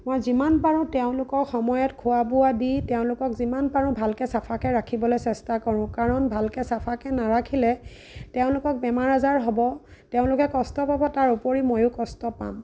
মই যিমান পাৰোঁ তেওঁলোকৰ সময়ত খোৱা বোৱা দি তেওঁলোকক যিমান পাৰোঁ ভালকৈ চাফাকৈ ৰাখিবলৈ চেষ্টা কৰোঁ কাৰণ ভালকৈ চাফাকৈ নাৰাখিলে তেওঁলোকক বেমাৰ আজাৰ হ'ব তেওঁলোকে কষ্ট পাব তাৰোপৰি ময়ো কষ্ট পাম